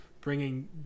bringing